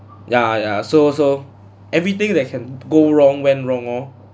yeah ya so so everything that can go wrong went wrong orh